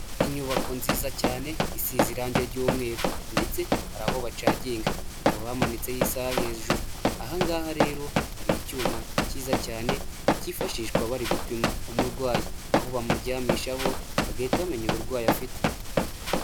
Inyubako nziza cyane isize irangi ry'umweru ndetse hari aho bacaginga, hakaba hamanitseho isaha hejuru, aha ngaha rero hari icyuma cyiza cyane kifashishwa bari gupima umurwayi, aho bamuryamishaho bagahita bamenya uburwayi afite.